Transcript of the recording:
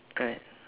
right